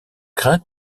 crains